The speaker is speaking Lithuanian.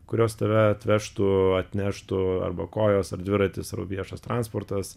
kurios tave atvežtų atneštų arba kojos ar dviratis ar viešas transportas